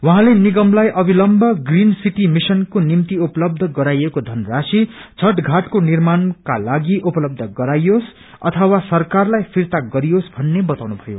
उहाँले निगमलाई अविलंव ग्रीन सिटी मिशनको निम्ति उपलब्ध गराइएको धनराशी छठ घाटको निर्माणकोलागि उपलब्ध गराइयोस अथवा सरकालाई फिर्ता गरियोस भन्ने बताउनु भयो